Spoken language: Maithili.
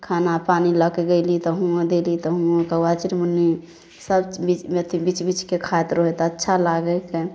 खान पानि लऽके गेली तऽ हुआँ देली तऽ हुआँ कौआ चिरमुन्नी सभ बि अथि बिछ बिछके खाएत रहै तऽ अच्छा लागै हिके